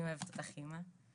אני אוהבת אותך אמא.